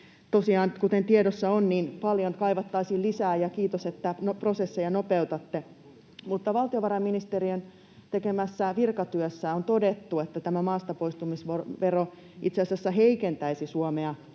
kuten tiedossa on, paljon kaivattaisiin lisää — ja kiitos, että prosesseja nopeutatte — mutta valtiovarainministeriön tekemässä virkatyössä on todettu, että tämä maastapoistumisvero itse asiassa heikentäisi Suomea